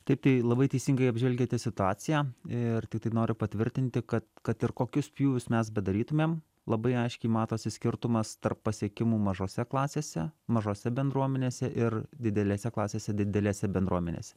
taip tai labai teisingai apžvelgėte situaciją ir tiktai noriu patvirtinti kad kad ir kokius pjūvius mes bedarytumėm labai aiškiai matosi skirtumas tarp pasiekimų mažose klasėse mažose bendruomenėse ir didelėse klasėse didelėse bendruomenėse